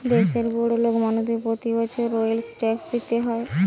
দেশের বড়োলোক মানুষদের প্রতি বছর ওয়েলথ ট্যাক্স দিতে হয়